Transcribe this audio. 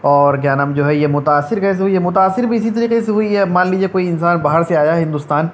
اور كيا نام جو ہے يہ متأثر كيسے ہوئى ہے متأثر بھى اسى طريقے سے ہوئى ہے اب مان لیجئے کوئی انسان باہر سے آیا ہے ہندوستان